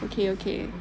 okay okay